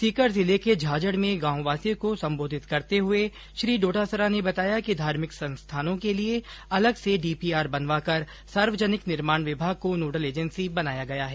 सीकर जिले के झाझड में गांववासियों को संबोधित करते हुए श्री डोटासरा ने बताया कि धार्मिक संस्थानों के लिए अलग से डीपीआर बनवाकर सार्वजनिक निर्माण विभाग को नोडल एजेंसी बनाया गया है